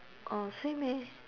oh same eh